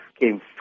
came